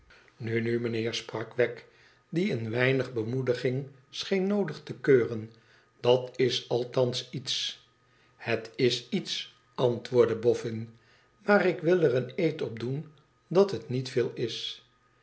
nu meneer sprak wegg die een weinig bemoedigmg scheen noodig te keuren dat is althans iets het is iete antwoordde boffin maar ik wil er een eed op doen dat het niet veel is